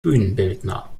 bühnenbildner